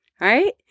right